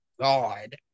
God